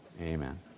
amen